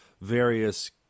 various